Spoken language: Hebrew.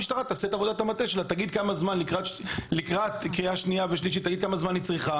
המשטרה תעשה את עבודת המטה שלה ותגיד כמה זמן היא צריכה